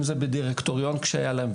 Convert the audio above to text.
אם זה בדירקטוריון כשהיה להם,